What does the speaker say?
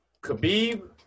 Khabib